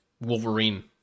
Wolverine-